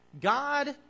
God